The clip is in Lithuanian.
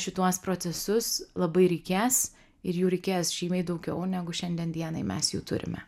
šituos procesus labai reikės ir jų reikės žymiai daugiau negu šiandien dienai mes jų turime